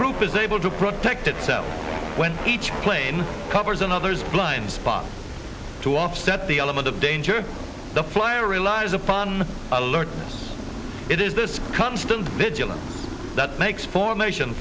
proof is able to protect itself when each plane covers another's blind spot to offset the element of danger the fly relies upon alert it is this constant vigilance that makes formation